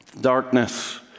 Darkness